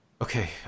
Okay